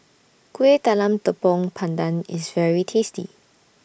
Kuih Talam Tepong Pandan IS very tasty